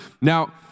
now